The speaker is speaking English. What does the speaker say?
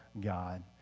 God